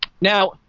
Now